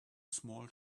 small